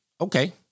Okay